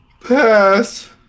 pass